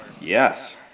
yes